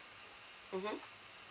mmhmm